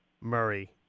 Murray